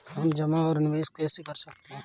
हम जमा और निवेश कैसे कर सकते हैं?